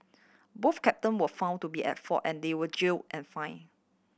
both captain were found to be at fault and they were jailed and fined